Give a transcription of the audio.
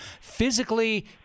Physically